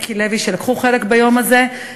האוצר מיקי לוי שלקחו חלק ביום הזה,